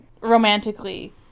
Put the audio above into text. romantically